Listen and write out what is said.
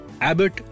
Abbott